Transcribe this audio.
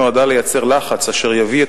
ההתפטרות נועדה לייצר לחץ אשר יביא את